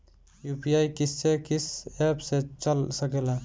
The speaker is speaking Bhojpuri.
यू.पी.आई किस्से कीस एप से चल सकेला?